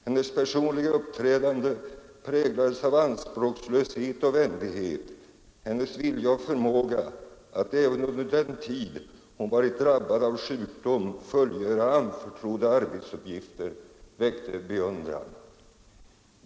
Hennes personliga uppträdande präglades av anspråkslöshet och vänlighet. Hennes vilja och förmåga att även under den tid hon varit drabbad av sjukdom fullgöra anförtrodda arbetsuppgifter väckte beundran.